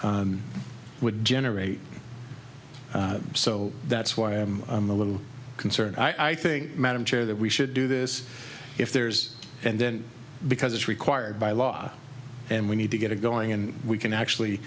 o would generate so that's why i am a little concerned i think madam chair that we should do this if there's and then because it's required by law and we need to get it going and we can actually